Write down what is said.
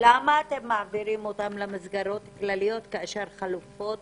למה אתם מעבירים אותם למסגרות כלליות כאשר חלופות